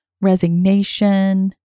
resignation